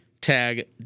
tag